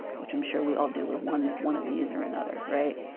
which i'm sure we all do with one one of these or another, right.